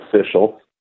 official